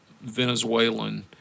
Venezuelan